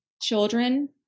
Children